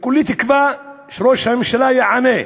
וכולי תקווה שראש הממשלה ייענה.